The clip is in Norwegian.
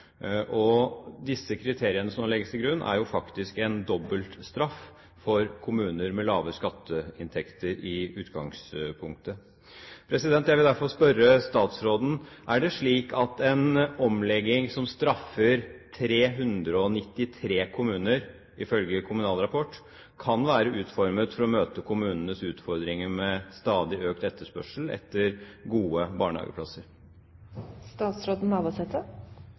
Disse kriteriene som nå legges til grunn, er jo faktisk en dobbelt straff for kommuner med lave skatteinntekter i utgangspunktet. Jeg vil derfor spørre statsråden: Er det slik at en omlegging som straffer 393 kommuner, ifølge Kommunal Rapport, kan være utformet for å møte kommunenes utfordringer med stadig økt etterspørsel etter gode